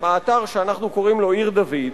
האתר שאנחנו קוראים לו עיר-דוד,